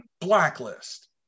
blacklist